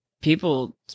people